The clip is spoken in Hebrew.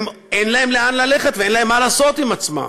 אין להם לאן ללכת ואין להם מה לעשות עם עצמם.